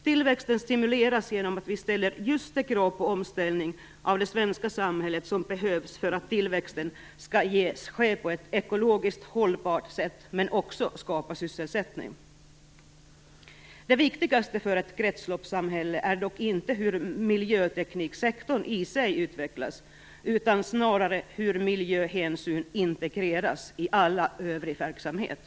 Tillväxten stimuleras genom att vi ställer just de krav på omställning av det svenska samhället som behövs för att tillväxten skall ske på ett ekologiskt hållbart sätt men också skapa sysselsättning. Det viktigaste för ett kretsloppssamhälle är dock inte hur miljötekniksektorn i sig utvecklas utan snarare hur miljöhänsyn integreras i all övrig verksamhet.